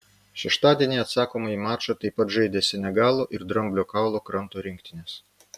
šeštadienį atsakomąjį mačą taip pat žaidė senegalo ir dramblio kaulo kranto rinktinės